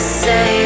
say